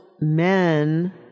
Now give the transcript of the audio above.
men